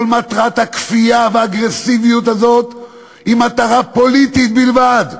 כל מטרת הכפייה והאגרסיביות הזאת היא מטרה פוליטית בלבד,